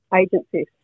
agencies